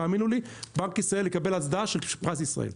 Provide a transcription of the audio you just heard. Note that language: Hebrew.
תאמינו לי, בנק ישראל יקבל הצדעה של פרס ישראל.